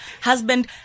husband